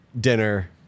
dinner